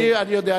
אני יודע,